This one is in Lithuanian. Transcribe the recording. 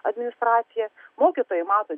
administracija mokytojai mato